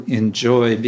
enjoy